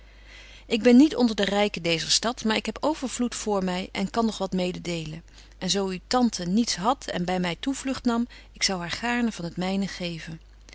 ik ben niet onder de ryken deezer stad maar ik heb overvloed voor my en kan nog wat mededelen en zo uwe tante niets hadt en by my toevlugt nam ik zou haar gaarne van t myne geven